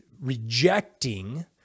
rejecting